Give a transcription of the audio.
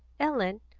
ellen,